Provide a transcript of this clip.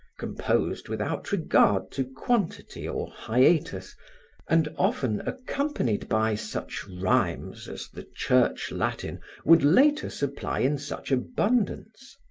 composed without regard to quantity or hiatus and often accompanied by such rhymes as the church latin would later supply in such abundance.